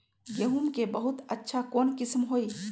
गेंहू के बहुत अच्छा उपज कौन किस्म होई?